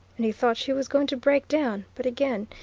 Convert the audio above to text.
and he thought she was going to break down, but again,